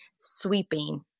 sweeping